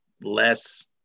less